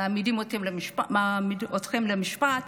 מעמידים אתכם למשפט,